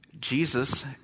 Jesus